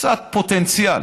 קצת, פוטנציאל,